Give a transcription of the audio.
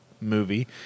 movie